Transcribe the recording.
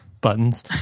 buttons